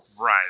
Right